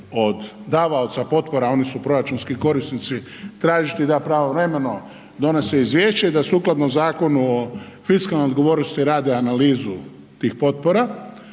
od davaoca potpora, a oni su proračunski korisnici, tražiti da pravovremeno donose izvješće i da sukladno Zakonu o fiskalnoj odgovornosti rade analizu tih potpora